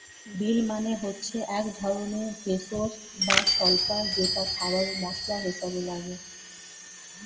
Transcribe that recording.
deal মানে হচ্ছে একধরনের ভেষজ বা স্বল্পা যেটা খাবারে মসলা হিসেবে লাগে